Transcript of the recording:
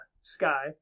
sky